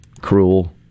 cruel